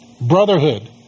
Brotherhood